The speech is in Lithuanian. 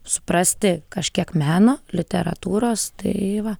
suprasti kažkiek meno literatūros tai va